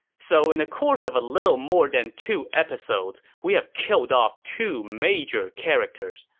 so in the course of a little more than two episodes, we have killed off two major characters,